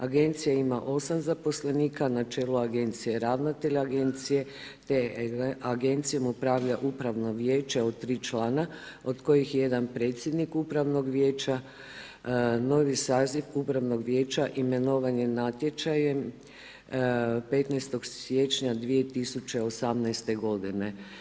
Agencija ima 8 zaposlenika, na čelu agencije je ravnatelj agencije te agencijom upravlja upravno vijeće od 3 člana od kojih je jedan predsjednik upravnog vijeća, novi saziv upravnog vijeća imenovan je natječajem 15. siječnja 2018. godine.